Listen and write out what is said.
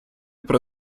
про